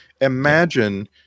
Imagine